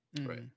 Right